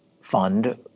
fund